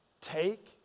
Take